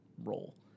role